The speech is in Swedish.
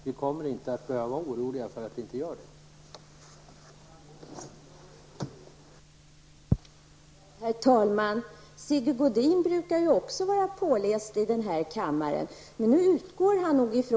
Vi kommer inte att behöva vara oroliga för att så inte skall bli fallet.